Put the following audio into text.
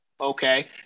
Okay